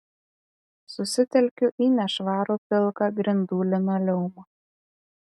susitelkiu į nešvarų pilką grindų linoleumą